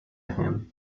him